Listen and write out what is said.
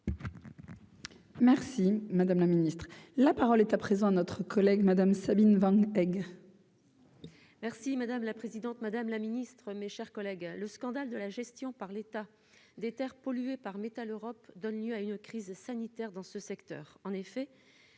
Merci madame la Ministre, la parole est à présent notre collègue Madame Sabine 20.